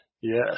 Yes